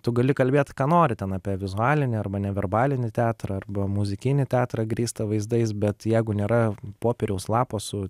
tu gali kalbėt ką nori ten apie vizualinį arba neverbalinį teatrą arba muzikinį teatrą grįstą vaizdais bet jeigu nėra popieriaus lapo su